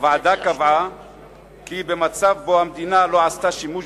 הוועדה קבעה כי במצב שהמדינה לא עשתה שימוש